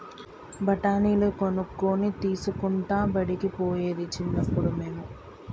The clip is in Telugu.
బఠాణీలు కొనుక్కొని తినుకుంటా బడికి పోయేది చిన్నప్పుడు మేము